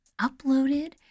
uploaded